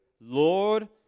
Lord